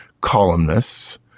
columnists